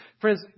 friends